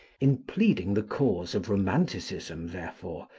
in pleading the cause of romanticism, therefore,